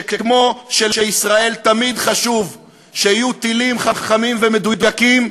שכמו שלישראל תמיד חשוב שיהיו טילים חכמים ומדויקים,